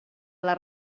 les